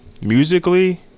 Musically